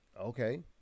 Okay